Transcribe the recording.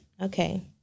Okay